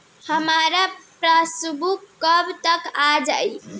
हमार पासबूक कब तक आ जाई?